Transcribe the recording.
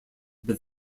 but